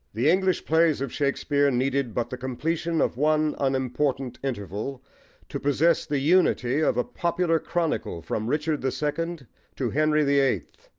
the english plays of shakespeare needed but the completion of one unimportant interval to possess the unity of a popular chronicle from richard the second to henry the eighth,